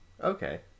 Okay